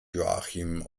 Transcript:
joachim